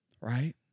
Right